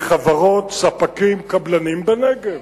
לחברות, ספקים, קבלנים בנגב.